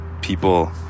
people